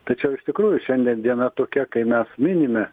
tačiau iš tikrųjų šiandien diena tokia kai mes minime